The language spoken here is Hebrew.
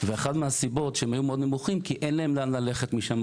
ואחת הסיבות שהם היו מאוד נמוכים כי אין להם לאן ללכת משם.